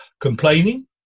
complaining